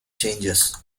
changes